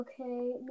okay